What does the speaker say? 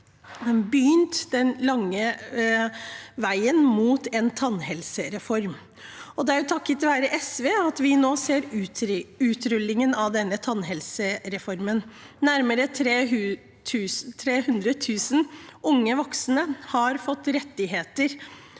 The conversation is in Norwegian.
begynt på den lange veien mot en tannhelsereform. Det er takket være SV at vi nå ser utrullingen av denne tannhelsereformen. Nærmere 300 000 unge voksne har fått rettigheter